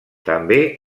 també